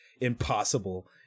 impossible